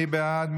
מי בעד?